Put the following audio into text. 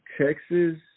Texas